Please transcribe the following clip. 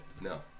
No